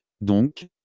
Donc